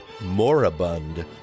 moribund